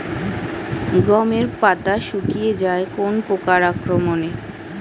গমের পাতা শুকিয়ে যায় কোন পোকার আক্রমনে?